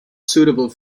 suitable